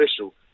official